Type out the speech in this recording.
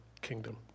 kingdom